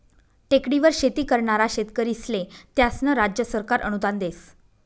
टेकडीवर शेती करनारा शेतकरीस्ले त्यास्नं राज्य सरकार अनुदान देस